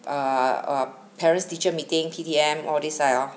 err err parents teacher meeting P_T_M all this like hor